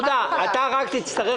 שאול, אתה תצטרך